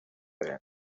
diferent